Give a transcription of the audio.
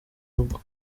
rugo